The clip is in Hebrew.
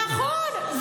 נכון.